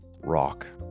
Rock